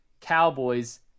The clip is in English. Cowboys